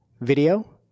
video